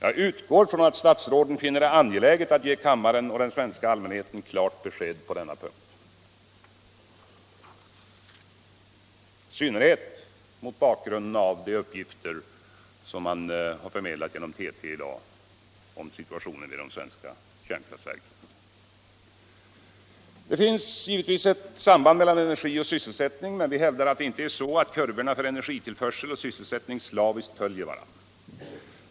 Jag utgår från att statsråden finner det angeläget att ge kammaren och den svenska allmänheten klart besked på denna punkt — i synnerhet mot bakgrund av de uppgifter som TT har förmedlat i dag om situationen i de svenska kärnkraftverken. Det finns givetvis ett samband mellan energi och sysselsättning, men vi hävdar att det inte är så att kurvorna för energitillförsel och sysselsättning slaviskt följer varandra.